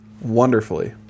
wonderfully